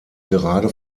gerade